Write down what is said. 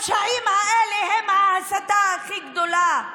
הפשעים האלה הם ההסתה הכי גדולה.